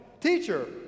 Teacher